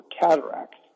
cataracts